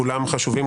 כולם חשובים,